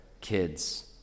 kids